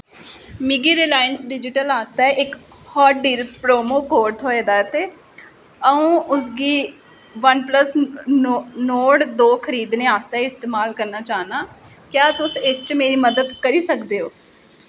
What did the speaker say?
मिगी Reliance digital आस्तै इक हाटडील प्रोमो कोड थ्होआ ऐ ते अऊं उसगी वनप्लस नोर्ड दो खरीदने आस्तै इस्तेमाल करना चाह्ना क्या तुस इस च मेरी मदद करी सकदे ओ